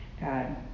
God